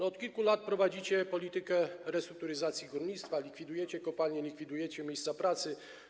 Od kilku lat prowadzicie politykę restrukturyzacji górnictwa, likwidujecie kopalnie, likwidujecie miejsca pracy.